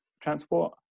transport